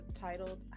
titled